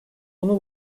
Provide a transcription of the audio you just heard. bunu